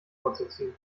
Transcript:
vorzuziehen